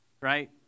right